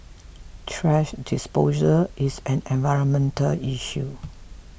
thrash disposal is an environmental issue